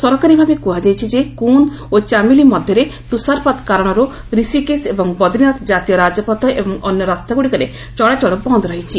ସରକାରୀ ଭାବେ କୁହାଯାଇଛି ଯେ କୁନ୍ଦ ଓ ଚାମୋଲି ମଧ୍ୟରେ ତୁଷାରପାତ କାରଣରୁ ଋଷିକେଶ ଏବଂ ବଦ୍ରୀନାଥ ଜାତୀୟ ରାଜପଥ ଏବଂ ଅନ୍ୟ ରାସ୍ତାଗୁଡ଼ିକରେ ଚଳାଚଳ ବନ୍ଦ ରହିଛି